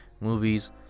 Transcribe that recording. movies